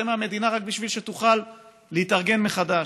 מהמדינה רק בשביל שתוכל להתארגן מחדש.